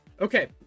okay